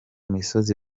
misozi